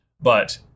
but-